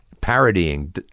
parodying